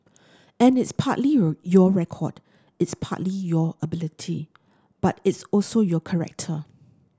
and it's partly your record it's partly your ability but it's also your character